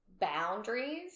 boundaries